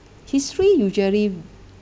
history usually